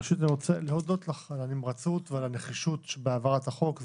ראשית אני רוצה להודות לך על הנמרצות והנחישות בהעברת החוק.